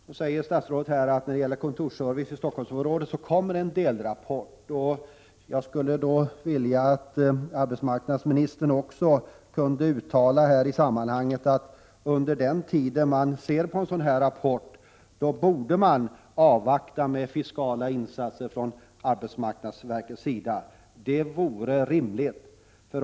Nu säger statsrådet att när det gäller kontorsservicen i Stockholmsområdet kommer det en delrapport. Jag skulle då vilja att arbetsmarknadsministern också kunde uttala i det här sammanhanget att under tiden som regeringen studerar den rapporten vore det rimligt att arbetsmarknadsverket avvaktade med fiskala insatser.